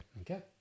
okay